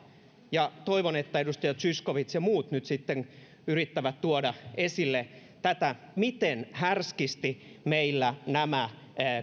ja toivon että edustaja zyskowicz ja muut nyt sitten yrittävät tuoda esille tätä miten härskisti meillä nämä